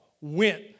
went